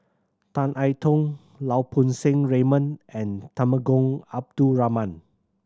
Tan I Tong Lau Poo Seng Raymond and Temenggong Abdul Rahman